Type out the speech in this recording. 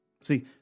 See